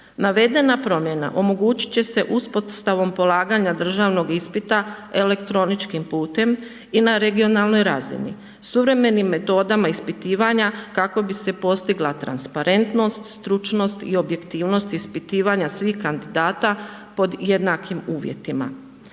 Navedena promjena omogućiti će se uspostavom polaganja državnom ispita elektroničkim putem i na regionalnoj razini, suvremenim metodama ispitivanja, kako bi se postigla transparentnost, stručnost i objektivnost ispitivanja svih kandidata pod jednakim uvjetima.